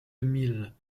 mille